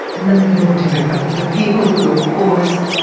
nothing at all democratic. the people who are poorest,